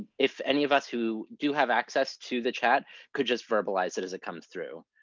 if any of us who do have access to the chat could just verbalize it as it comes through,